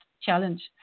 challenge